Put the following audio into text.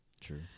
True